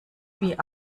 wie